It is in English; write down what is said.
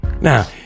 Now